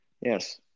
Yes